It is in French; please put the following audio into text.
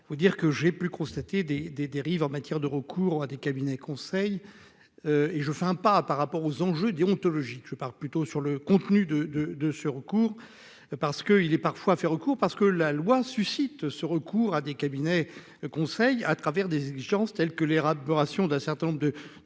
il faut dire que j'ai pu constater des des dérives en matière de recours à des cabinets conseil et je fais un pas par rapport aux enjeux déontologiques je pars plutôt sur le contenu de de de ce recours parce qu'il est parfois faire recours parce que la loi suscite ce recours à des cabinets de conseil à travers des exigences tels que l'érable de rations d'un certain nombre de